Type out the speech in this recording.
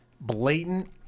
blatant